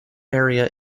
area